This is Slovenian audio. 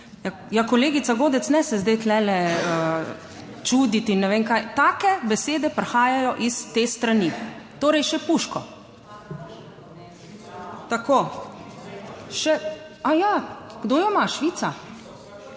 Ja, kolegica Godec, ne se zdaj tule čuditi in ne vem kaj, take besede prihajajo iz te strani. Torej, še puško... Tako. Še. Aja, kdo jo ima? Švica.